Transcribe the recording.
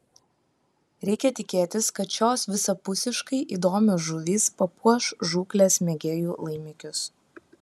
reikia tikėtis kad šios visapusiškai įdomios žuvys papuoš žūklės mėgėjų laimikius